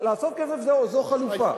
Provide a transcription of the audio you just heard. לאסוף כסף זו חלופה.